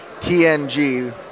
TNG